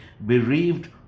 bereaved